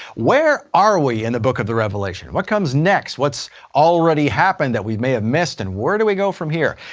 where are we in the book of the revelation? what comes next? what's already happened that we may have missed, and where do we go from here?